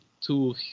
two